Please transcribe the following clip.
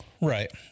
right